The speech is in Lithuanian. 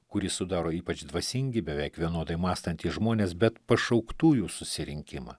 kurį sudaro ypač dvasingi beveik vienodai mąstantys žmonės bet pašauktųjų susirinkimą